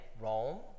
Rome